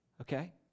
Okay